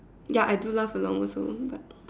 ya I do laugh along with them